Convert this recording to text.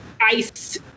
ICE